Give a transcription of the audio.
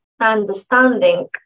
understanding